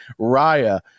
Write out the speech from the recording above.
Raya